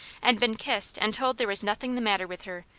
and been kissed and told there was nothing the matter with her,